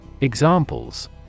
Examples